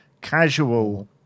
casual